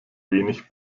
wenig